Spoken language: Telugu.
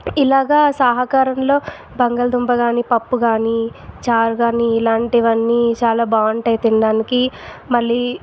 ఇలాగా సాహాకారంలో బంగాళదుంప కానీ పప్పు కానీ చారు కానీ ఇలాంటివి అన్నీ చాలా బాగుంటయి తినడానికి మళ్ళీ